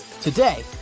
Today